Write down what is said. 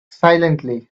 silently